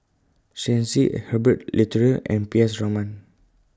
Shen Xi Herbert Eleuterio and P S Raman